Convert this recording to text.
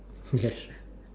yes